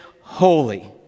holy